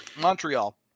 Montreal